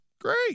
Great